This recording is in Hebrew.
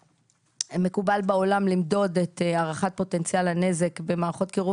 מקובל בעולם למדוד את הערכת פוטנציאל הנזק במערכות קירור